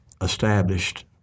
established